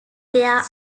there